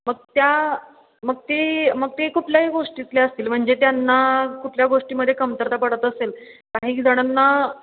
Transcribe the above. मग त्या मग ते मग ते कुठल्याही गोष्टीतल्या असतील म्हणजे त्यांना कुठल्या गोष्टीमध्ये कमतरता पडत असेल काही जणांना